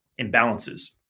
imbalances